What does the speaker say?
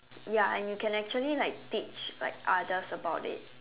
ya and you can actually like teach like others about it